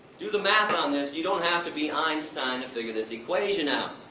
do the math on this, you don't have to be einstein to figure this equation out.